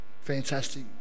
Fantastic